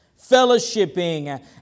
fellowshipping